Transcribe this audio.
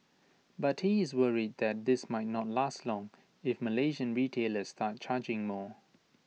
but he is worried that this might not last long if Malaysian retailers start charging more